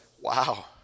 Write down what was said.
Wow